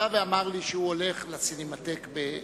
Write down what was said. בא ואמר לי שהוא הולך לסינמטק בשדרות,